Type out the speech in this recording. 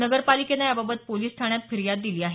नगरपालिकेन याबाबत पोलिस ठाण्यात फिर्याद दिली आहे